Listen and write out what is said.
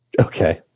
Okay